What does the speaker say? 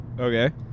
okay